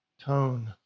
Tone